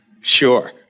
Sure